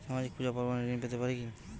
সামাজিক পূজা পার্বণে ঋণ পেতে পারে কি?